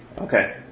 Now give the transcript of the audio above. Okay